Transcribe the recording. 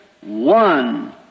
One